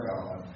God